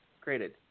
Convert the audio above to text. created